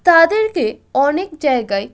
তাদেরকে অনেক জায়গায়